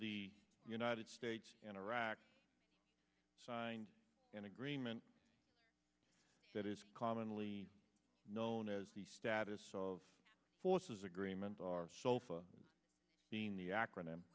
the united states and iraq signed an agreement that is commonly known as the status of forces agreement our sulfa being the acronym